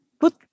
put